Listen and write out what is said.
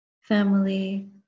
family